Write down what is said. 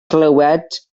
clywed